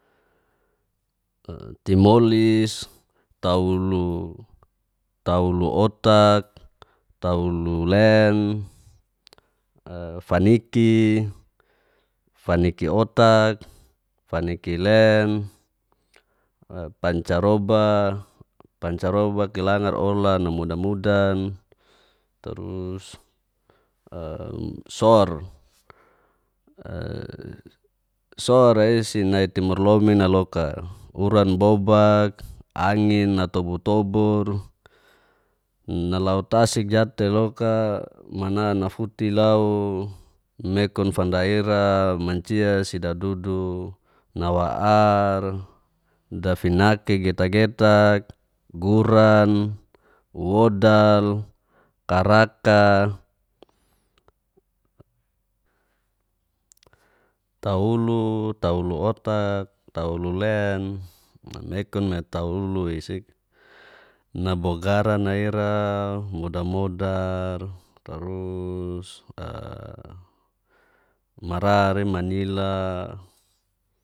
timolis, tauluotak, taululen, faniki, fanikiotak, fanikilen, pancaroba, pac[ncarobakilangat ola namudamudan, sor'a i'si nai nai timur lomina loka uran bobak, angin natobutobur, nalau tasik jat'te loka mana nafuti lau mekun fanda ira mancia si dadu nawa ar dafinaki getagetak, guran, wodal, karaka, taulu, taulu otak, taulu, tauluotak, taululen, mekunme tulu isik nabogaran'a ira modamodar tarus marar imanila.